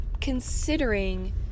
considering